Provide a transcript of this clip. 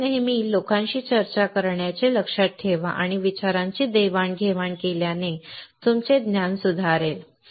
म्हणून नेहमी लोकांशी चर्चा करण्याचे लक्षात ठेवा आणि विचारांची देवाणघेवाण केल्याने तुमचे ज्ञान सुधारेल